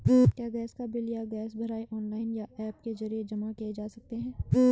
क्या गैस का बिल या गैस भराई ऑनलाइन या ऐप के जरिये जमा किये जा सकते हैं?